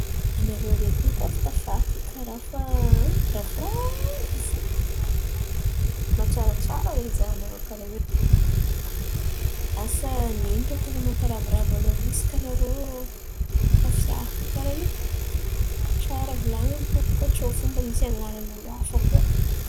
Anarô roe koa fa tafiaraka karà fa rahavoravo fo. Matsaratsara mizaha anarô karà io! Asa nino ten̈a mamparavoravo anarô hisaka anarô tafy hiarakà karà io? Tsara volan̈iny fo baka tsô fo an̈arany ny olo hafa koa.